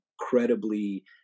incredibly